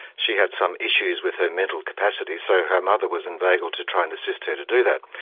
she had some issues with her mental capacity, so her mother was inveigled to try and assist her to do that.